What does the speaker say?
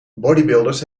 bodybuilders